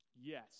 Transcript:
Yes